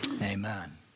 amen